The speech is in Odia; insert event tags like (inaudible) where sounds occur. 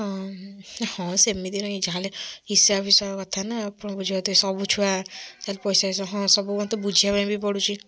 ହଁ ହଁ ସେମିତି କିଛି ନାହିଁ ଯାହହେଲେ ହିସାବଫିସାବ କଥା ନା ଆପଣଙ୍କୁ ଯଦି ସବୁ ଛୁଆ (unintelligible) ପଇସା ହିସାବ ହଁ ସବୁ ମୋତେ ବୁଝିବା ପାଇଁ ବି ପଡୁଛି